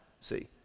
see